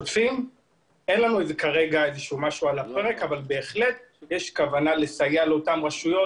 אין לנו כרגע משהו על הפרק אבל בהחלט יש כוונה לסייע לאותן רשויות.